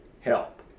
help